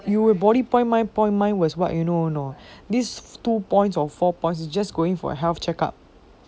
!eww! body point mind point mine was what you know or not this two points or four points just going for health checkup